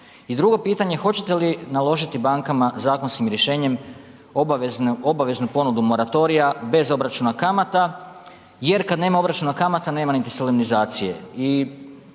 I drugo pitanje hoćete li naložiti bankama zakonskim rješenjem obaveznu ponudu moratorija bez obračuna kamata? Jer kad nema obračuna kamata nema niti solemnizacije.